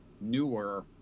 newer